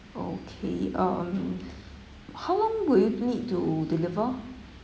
okay um how long will it need to deliver